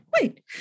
wait